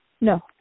No